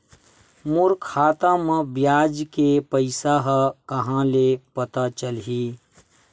मोर खाता म ब्याज के पईसा ह कहां ले पता चलही?